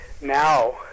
Now